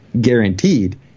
guaranteed